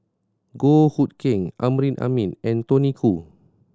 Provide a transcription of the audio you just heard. Goh Hood Keng Amrin Amin and Tony Khoo